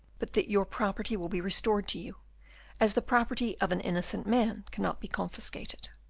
but that your property will be restored to you as the property of an innocent man cannot be confiscated.